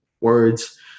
words